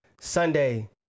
sunday